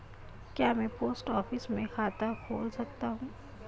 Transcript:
क्या मैं post office में खाता खोल सकता हूँ?